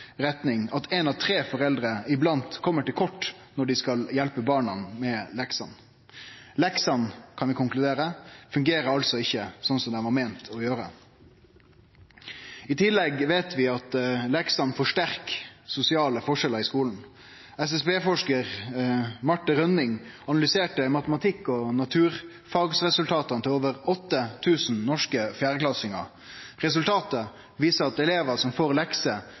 retning – at ein av tre foreldre iblant kjem til kort når dei skal hjelpe barna med leksene. Leksene, kan vi konkludere med, fungerer altså ikkje slik som dei var meint å gjere. I tillegg veit vi at leksene forsterkar sosiale forskjellar i skulen. SSB-forskar Marte Rønning analyserte matematikk- og naturfagresultata til over 8 000 norske fjerdeklassingar. Resultatet viste at elevar som får